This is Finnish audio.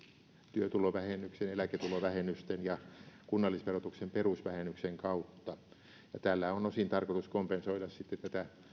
työtulovähennyksen eläketulovähennysten ja kunnallisverotuksen perusvähennyksen kautta tällä on osin tarkoitus kompensoida tätä